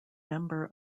member